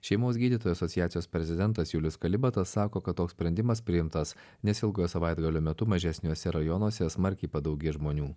šeimos gydytojų asociacijos prezidentas julius kalibatas sako kad toks sprendimas priimtas nes ilgojo savaitgalio metu mažesniuose rajonuose smarkiai padaugės žmonių